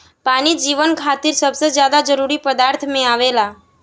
पानी जीवन खातिर सबसे ज्यादा जरूरी पदार्थ में आवेला